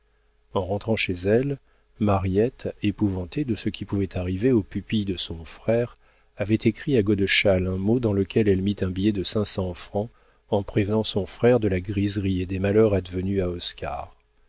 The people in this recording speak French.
en rentrant chez elle mariette épouvantée de ce qui pouvait arriver au pupille de son frère avait écrit à godeschal un mot dans lequel elle mit un billet de cinq cents francs en prévenant son frère de la griserie et des malheurs advenus à